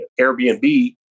Airbnb